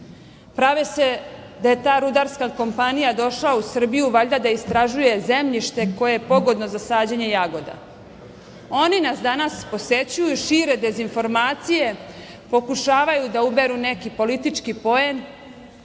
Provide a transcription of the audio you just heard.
Prave se da je ta rudarska kompanija došla u Srbiju valjda da istražuje zemljište koje je pogodno za sađenje jagoda. Oni nas posećuju, šire dezinformacije, pokušavaju da uberu neki politčki poen,